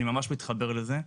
אני ממש מתחבר לזה.